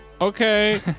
Okay